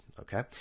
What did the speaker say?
okay